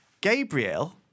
Gabriel